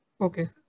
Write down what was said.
Okay